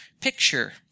picture